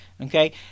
Okay